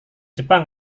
jepang